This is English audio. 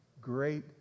Great